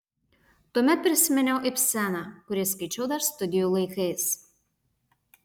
tuomet prisiminiau ibseną kurį skaičiau dar studijų laikais